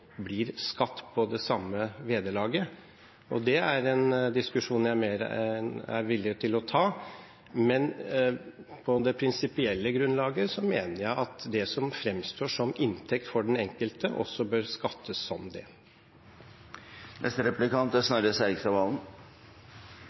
blir skatt på det samme vederlaget. Det er en diskusjon som jeg er mer enn villig til å ta, men på det prinsipielle grunnlaget mener jeg at det som fremstår som inntekt for den enkelte, også bør skattes som det.